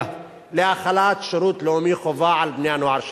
להחלת שירות לאומי חובה על בני-הנוער שלנו.